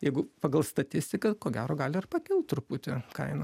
jeigu pagal statistiką ko gero gali ir pakilt truputį kaina